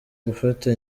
gufata